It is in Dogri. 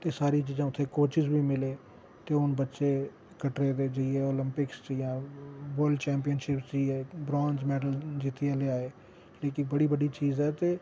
एह् सारी चीज़ां उत्थै कोचिस बी मिले ते हून बच्चे कटरे दे जेइयै आलॅम्पिक्स च जां वर्ल्ड चैमपियनशिप च जेइयै ब्रांज़ मैडल जित्तियै लेआए जेह्की बड़ी बड्डी चीज ऐ